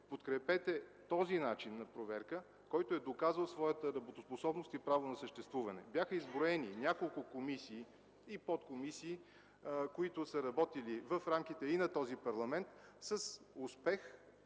подкрепете този начин на проверка, който е доказал своята работоспособност и право на съществуване. Бяха изброени няколко комисии и подкомисии, които са работили в рамките и на този парламент с успех